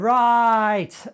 right